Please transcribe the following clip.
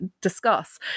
discuss